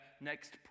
next